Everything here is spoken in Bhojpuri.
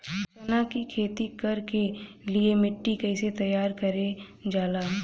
चना की खेती कर के लिए मिट्टी कैसे तैयार करें जाला?